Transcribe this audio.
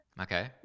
Okay